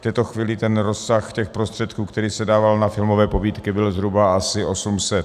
V této chvíli rozsah těch prostředků, který se dával na filmové pobídky, byl zhruba asi 800 mil.